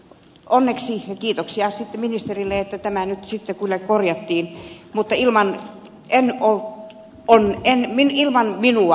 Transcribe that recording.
onneksi ja kiitoksia siitä ministerille tämä nyt sitten kyllä korjattiin mutta ilman en oo on tosin ilman minua